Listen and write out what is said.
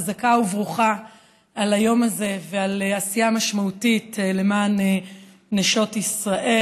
חזקה וברוכה על היום הזה ועל עשייה משמעותית למען נשות ישראל.